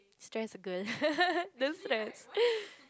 stress girl don't stress